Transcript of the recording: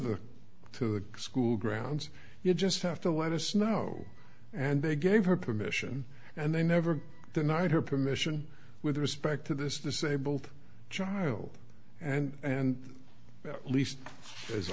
the to the school grounds you just have to let us know and they gave her permission and they never denied her permission with respect to this disabled child and at least as